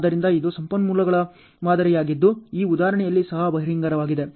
ಆದ್ದರಿಂದ ಇದು ಸಂಪನ್ಮೂಲಗಳ ಮಾದರಿಯಾಗಿದ್ದು ಈ ಉದಾಹರಣೆಯಲ್ಲಿ ಸಹ ಬಹಿರಂಗವಾಗಿದೆ